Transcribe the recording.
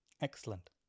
Excellent